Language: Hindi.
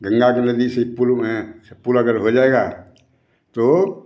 गंगा की नदी से पुल हुए सब पुल अगर हो जाएगा तो